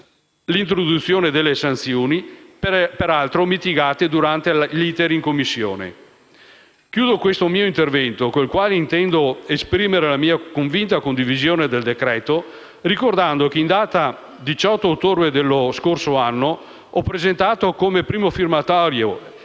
l'introduzione delle sanzioni, peraltro mitigate durante l'*iter* in Commissione. Chiudo questo mio intervento, con il quale intendo esprimere la mia convinta condivisione del decreto-legge, ricordando che in data 18 ottobre dello scorso anno ho presentato come primo firmatario,